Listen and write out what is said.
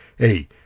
Hey